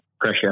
pressure